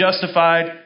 justified